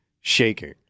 shaking